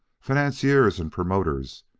financiers and promoters,